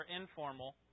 informal